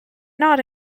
not